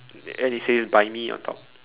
and it says buy me on top